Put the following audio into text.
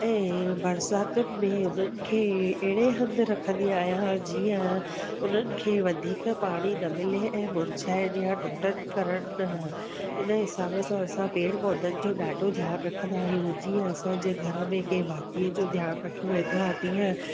ऐं बरसातुनि में उन्हनि खे अहिड़े हंधु रखंदी आहियां जीअं उन्हनि खे वधीक पाणी न मिले ऐं मुरिझाइनि या टुटनि करनि न हिन जे हिसाबु सां असांखे पेड़ पौधनि जो ॾाढो ध्यानु रखंदा आहियूं जीअं असांजे घर में कंहिं भातीअ जो ध्यानु रखियो वेंदो आहे तीअं